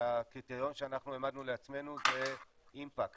והקריטריון שאנחנו העמדנו לעצמנו זה אימפקט,